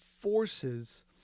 forces